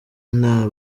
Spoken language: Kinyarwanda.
nta